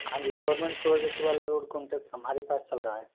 हाँ जी government project वाला रोड कॉन्ट्रैक्ट हमारे पास चल रहा है